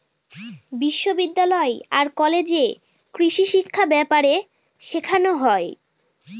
বিশ্ববিদ্যালয় আর কলেজে কৃষিশিক্ষা ব্যাপারে শেখানো হয়